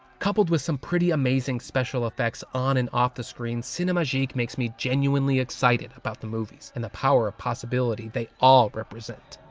coupled with some pretty amazing special effects on and off the screen, cinemagique makes me genuinely excited about the movies, and the power of possibility they all represent.